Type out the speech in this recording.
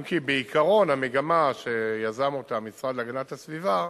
אם כי, בעיקרון, המגמה שיזם המשרד להגנת הסביבה,